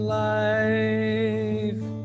life